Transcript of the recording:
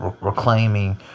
reclaiming